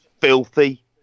filthy